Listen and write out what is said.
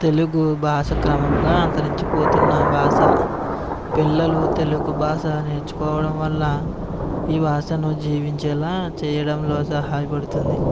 తెలుగు భాష క్రమంగా అంతరించిపోతున్న భాష పిల్లలు తెలుగు భాష నేర్చుకోవడం వల్ల ఈ భాషను జీవించేలా చేయడంలో సహాయపడుతుంది